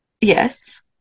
yes